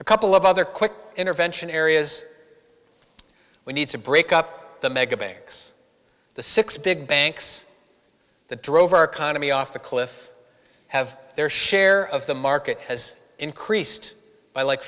a couple of other quick intervention areas we need to break up the mega banks the six big banks that drove our economy off the cliff have their share of the market has increased by like